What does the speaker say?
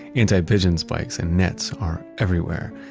anti-pigeon spikes and nets are everywhere.